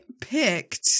picked